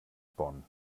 bonn